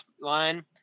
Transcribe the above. line